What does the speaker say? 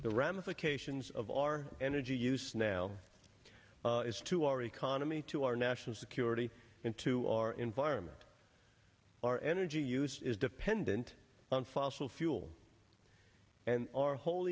the ramifications of our energy use now is to our economy to our national security into our environment our energy use is dependent on fossil fuel and our whole